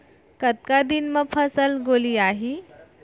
कतका दिन म फसल गोलियाही?